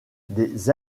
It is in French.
des